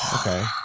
okay